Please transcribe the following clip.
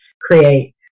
create